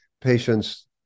patients